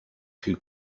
who